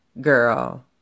girl